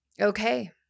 Okay